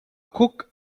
cook